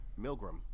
Milgram